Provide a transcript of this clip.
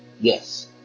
yes